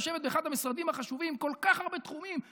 יושבת באחד המשרדים החשובים עם כל כך הרבה תחומים,